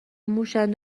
موشاند